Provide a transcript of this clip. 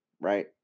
right